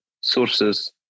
sources